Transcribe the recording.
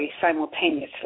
simultaneously